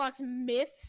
myths